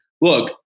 look